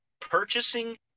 purchasing